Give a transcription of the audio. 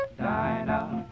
Dinah